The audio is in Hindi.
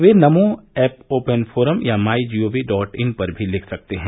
वे नमो ऐप ओपन फोरम या my G O V dot in पर भी लिख सकते हैं